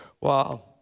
Wow